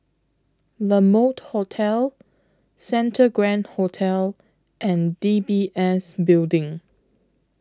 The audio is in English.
La Mode Hotel Santa Grand Hotel and D B S Building